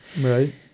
Right